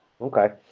Okay